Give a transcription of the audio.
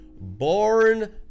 born